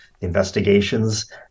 Investigations